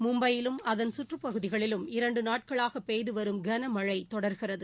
மும்பையிலும் அதன் சுற்றுப்பகுதிகளிலும் இரண்டு நாட்களாக பெய்யும் கனமழை தொடர்கிறது